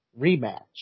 rematch